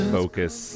Focus